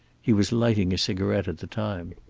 he was lighting a cigarette at the time.